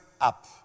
up